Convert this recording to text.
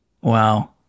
Wow